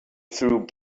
through